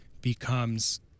becomes